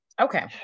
okay